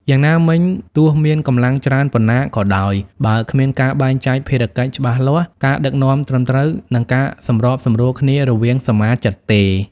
យ៉ាងណាមិញ ទោះមានកម្លាំងច្រើនប៉ុណ្ណាក៏ដោយ បើគ្មានការបែងចែកភារកិច្ចច្បាស់លាស់ ការដឹកនាំត្រឹមត្រូវ និងការសម្របសម្រួលគ្នារវាងសមាជិកទេ។